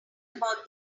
about